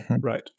right